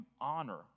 honor